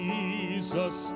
Jesus